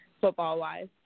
football-wise